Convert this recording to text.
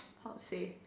how to say